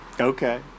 Okay